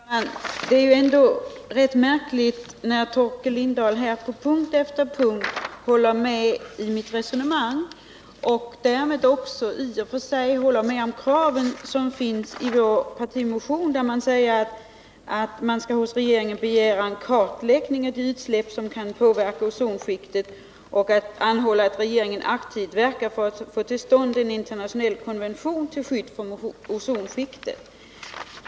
Fru talman! Det är ändå rätt märkligt att Torkel Lindahl här på punkt efter Luftvård punkt håller med om mitt resonemang och därmed också i och för sig håller med om kraven i vår partimotion, där vi hemställer att riksdagen hos regeringen skall begära en kartläggning av de utsläpp som kan påverka ozonskiktet och anhåller att regeringen aktivt skall verka för att få till stånd en internationell konvention till skydd för ozonskiktet.